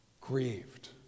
grieved